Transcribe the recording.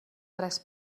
tres